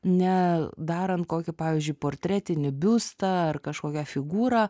ne daran kokį pavyzdžiui portretinį biustą ar kažkokią figūrą